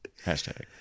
Hashtag